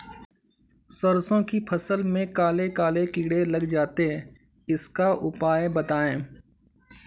सरसो की फसल में काले काले कीड़े लग जाते इसका उपाय बताएं?